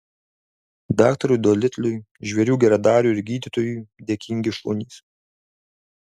daktarui dolitliui žvėrių geradariui ir gydytojui dėkingi šunys